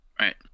Right